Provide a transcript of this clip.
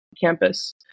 campus